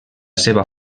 seva